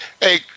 Hey